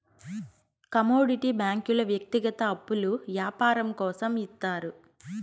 commodity బ్యాంకుల వ్యక్తిగత అప్పులు యాపారం కోసం ఇత్తారు